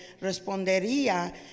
respondería